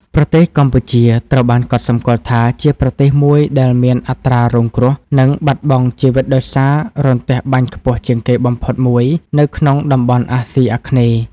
ប្រទេសកម្ពុជាត្រូវបានកត់សម្គាល់ថា ជាប្រទេសមួយដែលមានអត្រារងគ្រោះ និងបាត់បង់ជីវិតដោយសាររន្ទះបាញ់ខ្ពស់ជាងគេបំផុតមួយនៅក្នុងតំបន់អាស៊ីអាគ្នេយ៍។